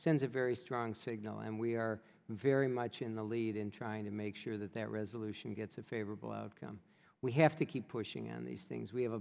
sends a very strong signal and we are very much in the lead in trying to make sure that that resolution gets a favorable outcome we have to keep pushing on these things we have